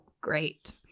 Great